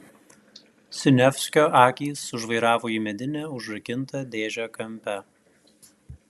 siniavskio akys sužvairavo į medinę užrakintą dėžę kampe